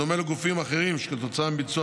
בדומה לגופים אחרים שכתוצאה מביצוע